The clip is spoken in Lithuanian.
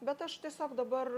bet aš tiesiog dabar